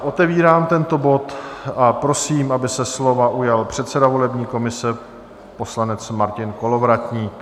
Otevírám tento bod a prosím, aby se slova ujal předseda volební komise, poslanec Martin Kolovratník.